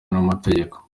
n’amategeko